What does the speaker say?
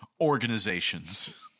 organizations